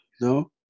No